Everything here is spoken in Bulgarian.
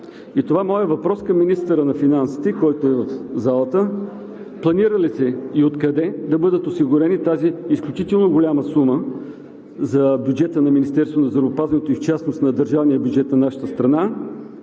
го няма. Моят въпрос към министъра на финансите, който е в залата, е: планира ли се и откъде ще бъде осигурена тази изключително голяма сума за бюджета на Министерството на здравеопазването и в частност на държавния бюджет на нашата страна?